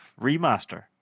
remaster